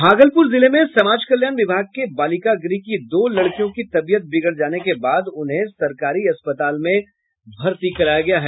भागलपुर जिले में समाज कल्याण विभाग के बालिकागृह की दो लड़कियों की तबियत बिगड़ जाने के बाद उन्हें सरकारी अस्पताल में भर्ती कराया गया है